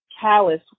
callus